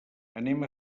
anem